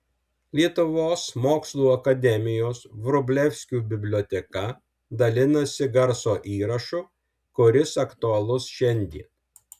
lietuvos mokslų akademijos vrublevskių biblioteka dalinasi garso įrašu kuris aktualus šiandien